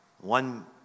One